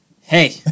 Hey